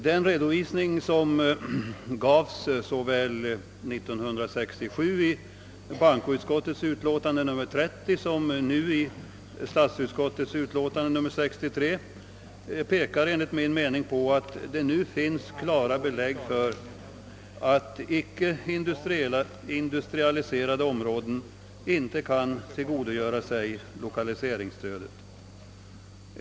Den redovisning som gavs såväl 1967 i bankoutskottets utlåtande nr 30 som nu i statsutskottets utlåtande nr 63 pekar enligt min mening på att det nu finns klara belägg för atticke industrialiserade områden inte kan tillgodogöra sig lokaliseringsstödet.